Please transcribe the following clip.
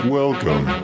welcome